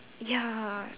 ya